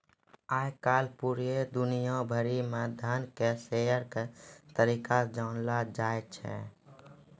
आय काल पूरे दुनिया भरि म धन के शेयर के तरीका से जानलौ जाय छै